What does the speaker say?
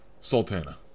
Sultana